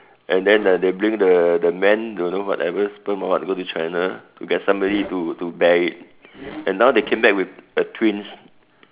and then uh they bring the the man don't know whatever sperm or what go to China to get somebody to to bear it and now they came back with a twins